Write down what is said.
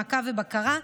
מעקב ובקרה.